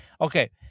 Okay